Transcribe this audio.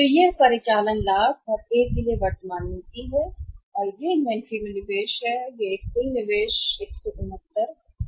तो यह परिचालन लाभ और ए के लिए वर्तमान नीति है और यह इन्वेंट्री में निवेश है यह एक कुल निवेश 169 है